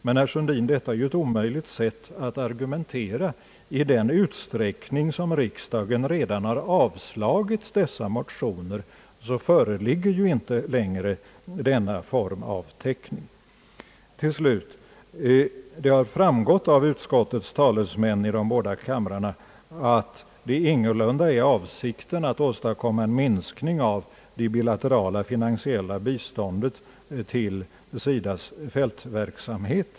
Men, herr Sun din, detta är ju ett omöjligt sätt att argumentera! I den utsträckning som riksdagen redan har avslagit dessa motioner föreligger ju inte längre denna form av täckning. Det har framgått av de anföranden som utskottets talesmän har hållit i de båda kamrarna, att det ingalunda är avsikten att åstadkomma en minskning av det bilaterala finansiella biståndet till SIDA:s fältverksamhet.